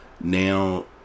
Now